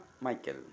Michael